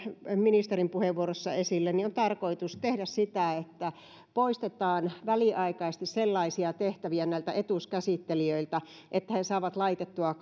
ministerin puheenvuorossa esille on tarkoitus tehdä sitä että poistetaan väliaikaisesti sellaisia tehtäviä näiltä etuuskäsittelijöiltä että he saavat laitettua